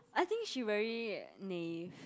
I think she very naive